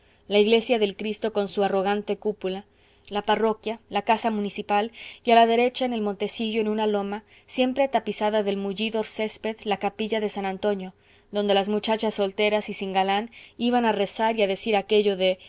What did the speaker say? la iglesia del cristo con su arrogante cúpula la parroquia la casa municipal y a la derecha en el montecillo en una loma siempre tapizada de mullido césped la capilla de san antonio donde las muchachas solteras y sin galán iban a rezar y a decir aquello de